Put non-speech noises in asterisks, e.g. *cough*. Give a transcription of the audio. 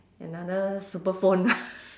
another super phone *laughs*